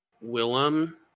Willem